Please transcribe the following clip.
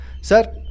sir